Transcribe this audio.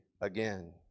again